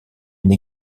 une